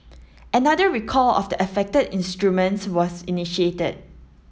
another recall of the affected instruments was initiated